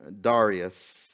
Darius